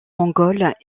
mongols